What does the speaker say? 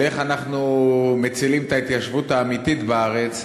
איך אנחנו מצילים את ההתיישבות האמיתית בארץ,